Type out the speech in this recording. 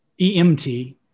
EMT